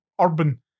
urban